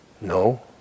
No